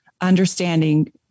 understanding